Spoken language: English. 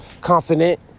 confident